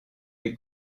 les